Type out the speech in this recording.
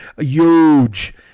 huge